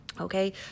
Okay